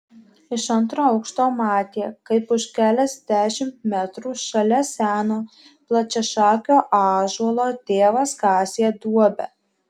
iš antro aukšto matė kaip už keliasdešimt metrų šalia seno plačiašakio ąžuolo tėvas kasė duobę